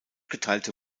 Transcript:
geteilte